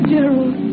Gerald